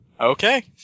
okay